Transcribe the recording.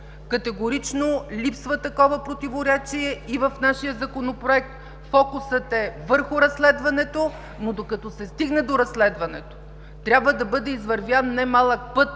Категорично липсва такова противоречие. В нашия Законопроект фокусът е върху разследването, но докато се стигне до разследването, трябва да бъде извървян немалък път